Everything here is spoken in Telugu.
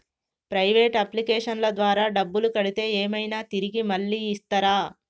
ప్రైవేట్ అప్లికేషన్ల ద్వారా డబ్బులు కడితే ఏమైనా తిరిగి మళ్ళీ ఇస్తరా?